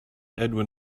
edwin